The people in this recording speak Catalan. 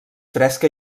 fresca